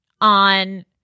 on